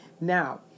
Now